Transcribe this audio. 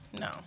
no